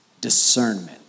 discernment